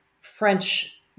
French